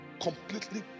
completely